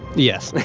yes.